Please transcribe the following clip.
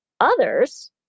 others